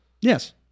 Yes